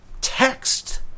text